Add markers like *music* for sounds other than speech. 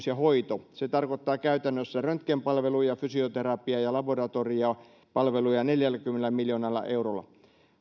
*unintelligible* ja hoitoa se tarkoittaa käytännössä röntgenpalveluja fysioterapiaa ja laboratoriopalveluja neljälläkymmenellä miljoonalla eurolla